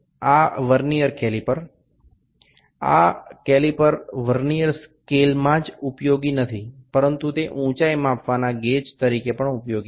આ vernier caliper આ caliper vernier સ્કેલમાં જ ઉપયોગી નથી પરંતુ તે ઊંચાઈ માપવાના ગેજ તરીકે પણ ઉપયોગી છે